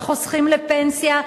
החוסכים לפנסיה,